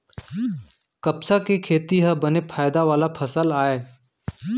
कपसा के खेती ह बने फायदा वाला फसल आय